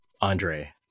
Andre